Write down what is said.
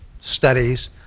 studies